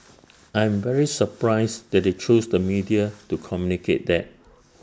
I'm very surprised that they choose the media to communicate that